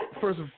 first